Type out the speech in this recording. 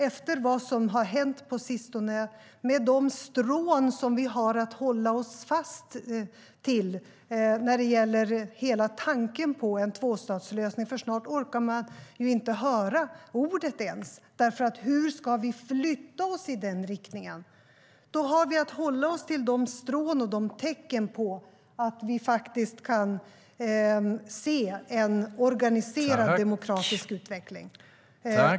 Efter vad som har hänt på sistone finns det strån att hålla oss fast vid när det gäller hela tanken på en tvåstatslösning, för snart orkar man inte ens höra ordet tvåstatslösning. Hur ska vi förflytta oss i den riktningen? Då har vi att hålla oss till de tecken som vi faktiskt kan se på en organiserad demokratisk utveckling.